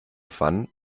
pfannen